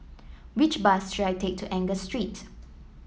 which bus should I take to Angus Street